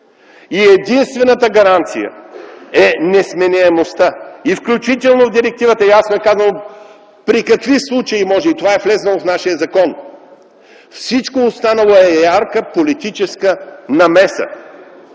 и единствената гаранция е несменяемостта. Включително в директивата ясно е казано при какви случаи може и това е влязло в нашия закон. Всичко останало е ярка политическа намеса.